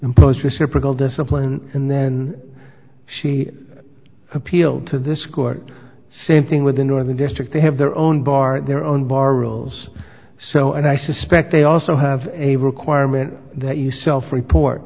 impose reciprocal discipline and then she appealed to this court same thing with the northern district they have their own bar their own bar rules so and i suspect they also have a requirement that you self report